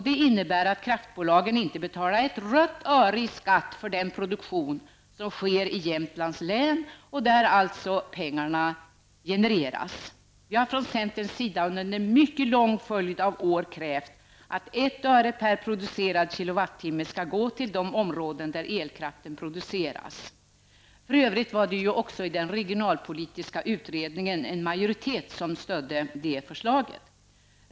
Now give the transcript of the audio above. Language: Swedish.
Det innebär att kraftbolagen inte betalar ett rött öre i skatt för den produktion som sker i Jämtlands län och där alltså pengarna genereras. Vi har från centerns sida under en mycket lång följd av år krävt att 1 öre per producerad kilowattimme skall gå till de områden där elkraften produceras. För övrigt stödde majoriteten i den regionalpolitiska utredningen förslaget.